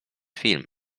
film